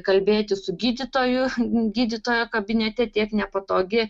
kalbėtis su gydytoju gydytojo kabinete tiek nepatogi